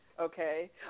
okay